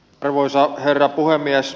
arvoisa herra puhemies